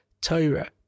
Torah